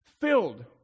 filled